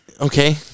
Okay